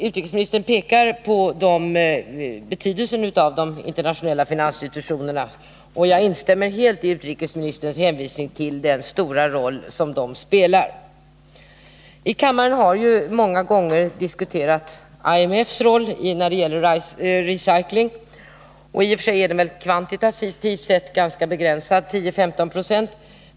Utrikesministern pekar på betydelsen av de internationella finansinstitu tionerna. Jag instämmer helt i utrikesministerns uppfattning om den stora roll som de spelar. I kammaren har vi ju många gånger diskuterat IMF:s roll när det gäller recycling. I och för sig är den väl, kvantitativt sett, ganska begränsad — 10-15 20.